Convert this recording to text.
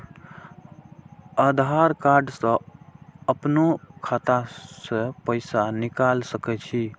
आधार कार्ड से अपनो खाता से पैसा निकाल सके छी?